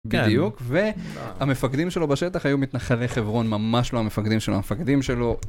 בדיוק והמפקדים שלו בשטח היו מתנחלי חברון ממש לא המפקדים שלו, המפקדים שלו